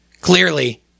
Clearly